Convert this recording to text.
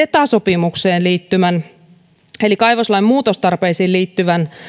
ceta sopimukseen eli kaivoslain muutostarpeisiin liittyvän